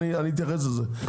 אני אתייחס לזה.